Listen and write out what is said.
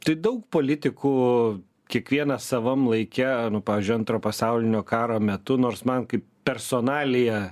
tai daug politikų kiekvienas savam laike pavyzdžiui antrojo pasaulinio karo metu nors man kaip personalija